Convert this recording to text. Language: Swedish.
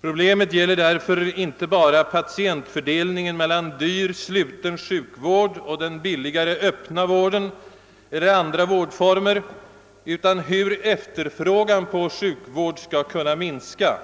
Problemet gäller därför inte bara patientfördelningen mellan dyr sluten sjukvård och den billigare öppna vården eller andra vårdformer utan också hur efterfrågan på sjukvård skall kunna minska.